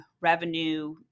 revenue